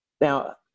Now